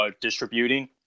distributing